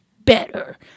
better